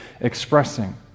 expressing